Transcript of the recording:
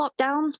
lockdown